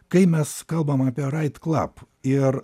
kai mes kalbam apie rait klap ir